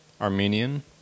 Armenian